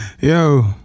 Yo